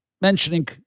Mentioning